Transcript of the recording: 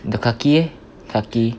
the clarke quay eh clarke quay